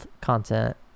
content